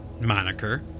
moniker